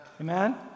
amen